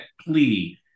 plea